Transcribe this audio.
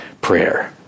prayer